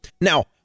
now